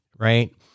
Right